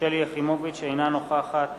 אינה נוכחת